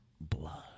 blood